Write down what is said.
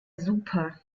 super